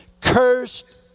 cursed